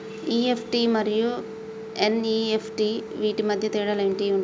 EFT మరియు NEFT వీటి మధ్య తేడాలు ఏమి ఉంటాయి?